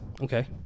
Okay